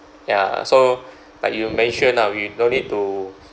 ya so like you mentioned lah we no need to